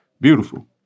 Beautiful